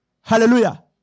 Hallelujah